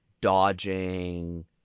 dodging